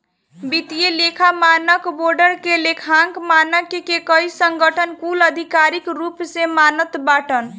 वित्तीय लेखा मानक बोर्ड के लेखांकन मानक के कई संगठन कुल आधिकारिक रूप से मानत बाटन